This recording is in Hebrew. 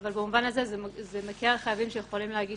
אבל במובן הזה זה מקל על חייבים שיכולים להגיש